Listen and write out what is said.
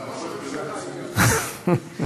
אבל ראש הממשלה יהיה עדיין.